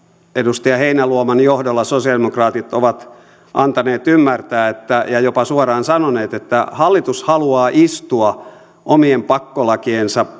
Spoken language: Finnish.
edustaja heinäluoman johdolla sosialidemokraatit ovat antaneet ymmärtää ja jopa suoraan sanoneet että hallitus haluaa istua omien pakkolakiensa